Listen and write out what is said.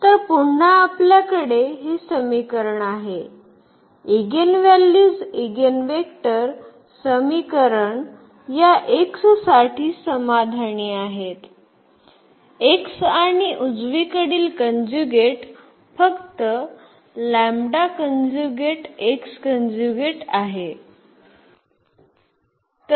तर पुन्हा आपल्याकडे हे समीकरण आहे एगेनव्हॅल्यूज एगेनवेक्टर समीकरण या x साठी समाधानी आहे x आणि उजवीकडील कन्ज्युगेट फक्त आहे